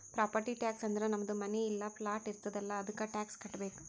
property tax ಅಂದುರ್ ನಮ್ದು ಮನಿ ಇಲ್ಲಾ ಪ್ಲಾಟ್ ಇರ್ತುದ್ ಅಲ್ಲಾ ಅದ್ದುಕ ಟ್ಯಾಕ್ಸ್ ಕಟ್ಟಬೇಕ್